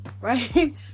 right